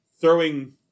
throwing